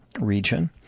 region